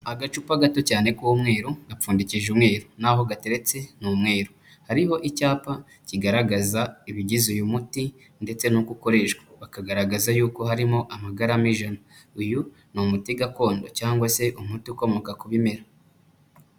Agacupa gato cyane k'umweru gapfundikije umweru, naho gateretse ni umweru, hariho icyapa kigaragaza ibigize uyu muti, ndetse nuko ukoreshwa bakagaragaza yuko harimo amagarama ijana. Uyu ni umuti gakondo cyangwa se umuti ukomoka ku bimera.